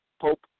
Pope